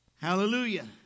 Hallelujah